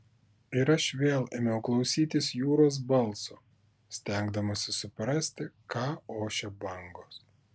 ir aš vėl ėmiau klausytis jūros balso stengdamasis suprasti ką ošia bangos